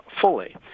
fully